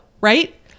right